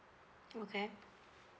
okay